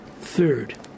third